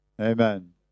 Amen